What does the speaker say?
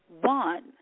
one